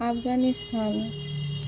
Afghanistan